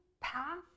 path